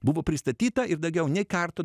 buvo pristatyta ir daugiau nei karto